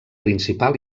principal